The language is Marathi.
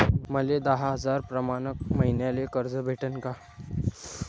मले दहा हजार प्रमाण मईन्याले कर्ज भेटन का?